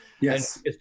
Yes